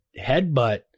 headbutt